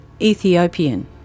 Ethiopian